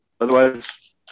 otherwise